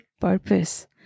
purpose